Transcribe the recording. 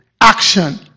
action